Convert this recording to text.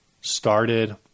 started